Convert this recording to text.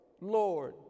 lord